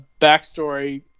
backstory